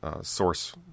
source